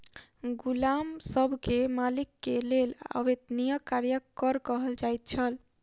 गुलाम सब के मालिक के लेल अवेत्निया कार्यक कर कहल जाइ छल